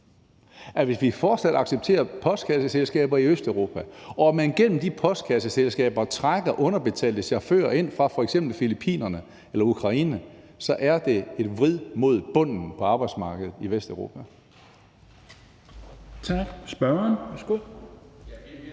hvis vi fortsat accepterer postkasseselskaber i Østeuropa og man gennem de postkasseselskaber trækker underbetalte chauffører ind fra f.eks. Filippinerne eller Ukraine, så er det et vrid mod bunden af arbejdsmarkedet i Vesteuropa.